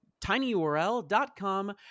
tinyurl.com